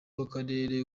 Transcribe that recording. w’akarere